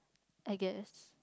I guess